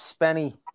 Spenny